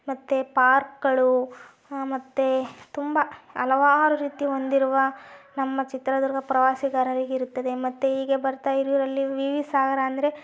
ಮತ್ತೆ ಪಾರ್ಕ್ಗಳು ಮತ್ತೆ ತುಂಬ ಹಲವಾರು ರೀತಿ ಹೊಂದಿರುವ ನಮ್ಮ ಚಿತ್ರದುರ್ಗ ಪ್ರವಾಸಿಗಾರರಿಗಿರುತ್ತದೆ ಮತ್ತೆ ಹೀಗೆ ಬರ್ತಾ ಹಿರಿಯೂರಲ್ಲಿ ವಿ ವಿ ಸಾಗರ ಅಂದರೆ ಮಾರಿಕಣಿವೆ